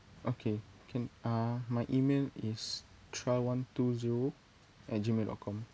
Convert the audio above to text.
okay can uh my email is try one two zero at gmail dot com